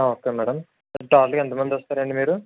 okay madam ఎంత మంది వస్తారు అండి మీరు